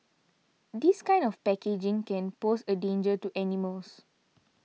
this kind of packaging can pose a danger to animals